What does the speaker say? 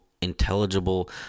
intelligible